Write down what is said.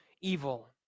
evil